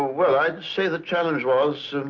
well, i'd say the challenge was,